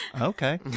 Okay